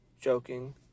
joking